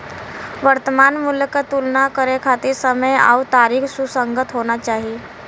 वर्तमान मूल्य क तुलना करे खातिर समय आउर तारीख सुसंगत होना चाही